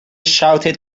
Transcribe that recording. shouted